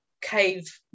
cave